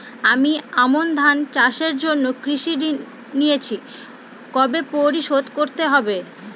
আমি আমন ধান চাষের জন্য কৃষি ঋণ নিয়েছি কবে পরিশোধ করতে হবে?